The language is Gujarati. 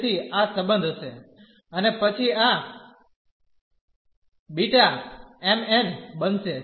તેથી આ સંબંધ હશે અને પછી આ B m n બનશે